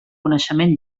coneixement